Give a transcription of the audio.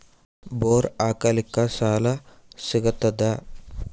Bore ಹಾಕಲಿಕ್ಕ ಸಾಲ ಸಿಗತದ?